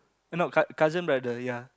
no cut cousin brother ya